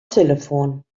telefon